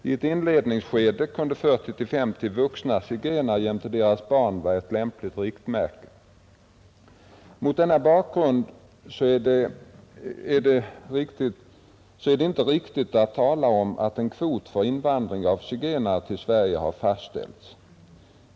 I ett inledningsskede kunde 40—50 vuxna zigenare jämte deras barn vara ett lämpligt riktmärke. Mot denna bakgrund är det inte riktigt att tala om att en kvot för invandringen av zigenare till Sverige har fastställts.